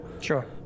Sure